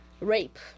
rape